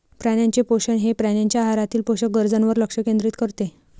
प्राण्यांचे पोषण हे प्राण्यांच्या आहारातील पोषक गरजांवर लक्ष केंद्रित करते